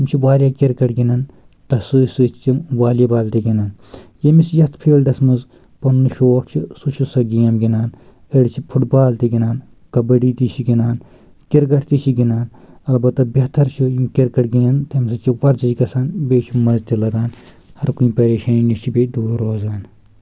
تِم چھِ واریاہ کِرکٹ گِنٛدان تتھ سۭتۍ سۭتۍ چھِ تِم والی بال تہِ گنٛدان ییٚمِس یتھ فیٖلڈس منٛز پنُن شوق چھُ سُہ چھُ سۄ گیم گِنٛدان أڑۍ چھِ فٹ بال تہِ گِنٛدان کَبَڈی تہِ چھِ گنٛدان کِرکٹ تہِ چھِ گنٛدان اَلبَتہ بہتر چھِ یِم کِرکٹ گِنٛدان تمہِ سۭتۍ چھِ وَرزِش گژھان بیٚیہِ چھِ مزٕ تہِ لگان ہر کُنہِ پریشٲنی نِش چھِ بیٚیہِ دوٗر روزان